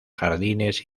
jardines